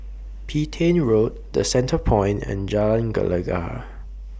Petain Road The Centrepoint and Jalan Gelegar